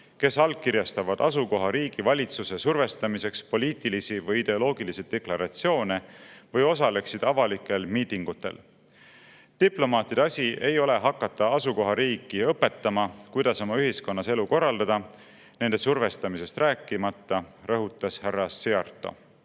kes allkirjastavad asukohariigi valitsuse survestamiseks poliitilisi või ideoloogilisi deklaratsioone või osaleksid avalikel miitingutel. Diplomaatide asi ei ole hakata asukohariiki õpetama, kuidas oma ühiskonnas elu korraldada, nende survestamisest rääkimata, rõhutas härra Szijjártó.